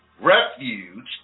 Refuge